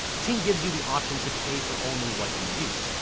ting gives you the option to pay for only what you use.